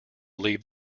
leave